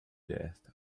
death